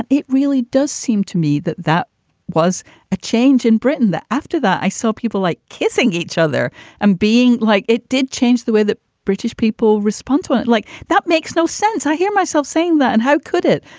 it it really does seem to me that that was a change in britain, that after that i saw people like kissing each other and being like it did change. the way the british people respond to it it like that makes no sense. i hear myself saying that. and how could it?